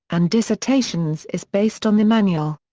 and dissertations is based on the manual.